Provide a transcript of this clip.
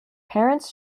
parents